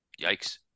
yikes